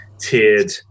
tiered